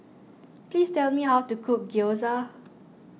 please tell me how to cook Gyoza